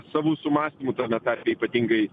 savų sumąstymų tame tarpe ypatingai